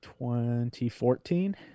2014